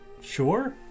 Sure